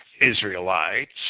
Israelites